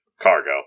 cargo